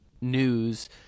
news